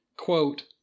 Quote